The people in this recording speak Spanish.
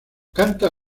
canta